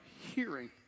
hearing